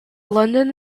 london